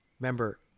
remember